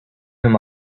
him